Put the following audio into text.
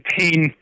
pain